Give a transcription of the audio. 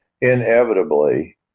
inevitably